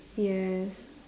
yes